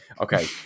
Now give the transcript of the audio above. Okay